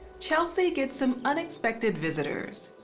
chelsea gets some unexpected visitors.